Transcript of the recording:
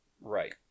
Right